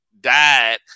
died